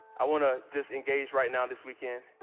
i wanna just engage right now this weekend.